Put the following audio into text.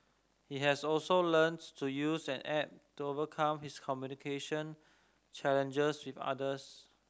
he has also learnts to use an app to overcome his communication challenges with others